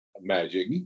magic